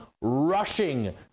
rushing